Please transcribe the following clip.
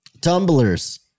Tumblers